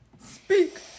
Speak